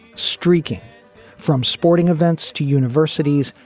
streaking from sporting events to universities,